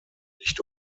nicht